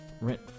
Rent